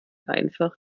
einfach